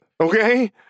Okay